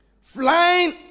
Flying